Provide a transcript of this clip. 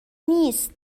نیست